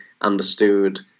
understood